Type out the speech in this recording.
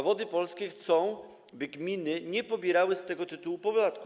Wody Polskie chcą, by gminy nie pobierały z tego tytułu podatku.